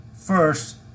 First